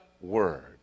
Word